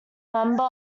member